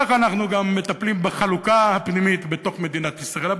ככה אנחנו גם מטפלים בחלוקה הפנימית בתוך מדינת ישראל.